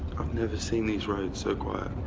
um never seen these roads so quiet.